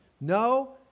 No